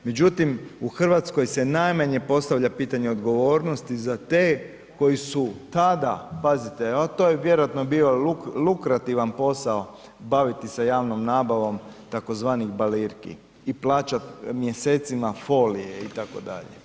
Međutim, u Hrvatskoj se najmanje postavlja pitanje odgovornosti za te koji su tada, pazite a to je vjerojatno bio lukrativan posao baviti se javnim nabavom tzv. balirki, plaćati mjesecima folije itd.